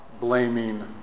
blaming